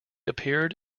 appeared